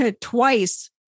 twice